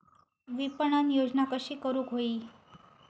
विपणन योजना कशी करुक होई?